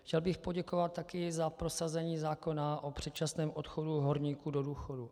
Chtěl bych poděkovat taky za prosazení zákona o předčasném odchodu horníků do důchodu.